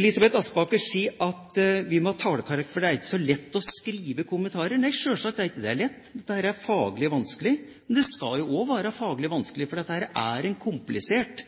Elisabeth Aspaker sier at vi må ha tallkarakterer, for det er ikke så lett å skrive kommentarer. Nei, sjølsagt er det ikke lett, det er faglig vanskelig, men det skal også være faglig vanskelig, for dette er en komplisert